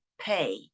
pay